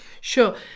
Sure